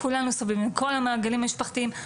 כולנו סובלים כל המעגלים המשפחתיים,